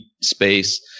space